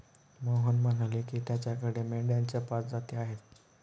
मोहन म्हणाले की, त्याच्याकडे मेंढ्यांच्या पाच जाती आहेत